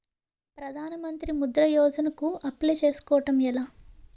ప్రధాన మంత్రి ముద్రా యోజన కు అప్లయ్ చేసుకోవటం ఎలా?